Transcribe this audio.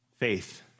faith